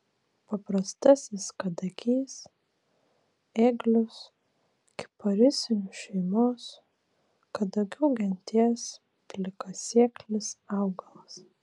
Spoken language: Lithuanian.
paprastasis kadagys ėglius kiparisinių šeimos kadagių genties plikasėklis augalas